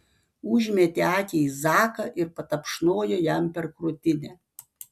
užmetė akį į zaką ir patapšnojo jam per krūtinę